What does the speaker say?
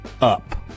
up